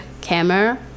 camera